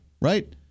Right